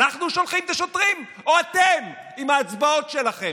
אנחנו שולחים את השוטרים או אתם, עם ההצבעות שלכם?